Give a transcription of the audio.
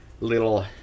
little